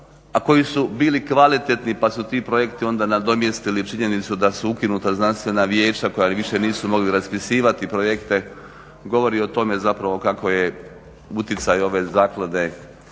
koji su bili kvalitetni pa su ti projekti onda nadomjestili činjenicu da su ukinuta znanstvena vijeća koja više nisu mogli raspisivati projekte govori o tome zapravo kakvo je utjecaj ove zaklade